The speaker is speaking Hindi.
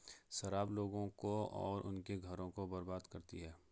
शराब लोगों को और उनके घरों को बर्बाद करती है